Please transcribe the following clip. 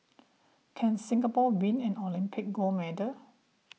can Singapore win an Olympic gold medal